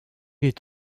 est